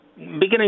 Beginning